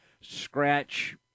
scratch